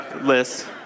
list